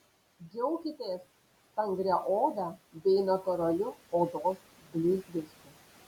džiaukitės stangria oda bei natūraliu odos blizgesiu